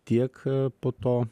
tiek po to